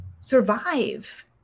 survive